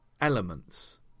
elements